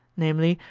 namely,